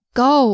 go